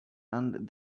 and